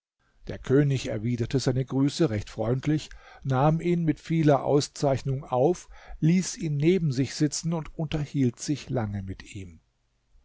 der könig erwiderte seine grüße recht freundlich nahm ihn mit vieler auszeichnung auf ließ ihn neben sich sitzen und unterhielt sich lange mit ihm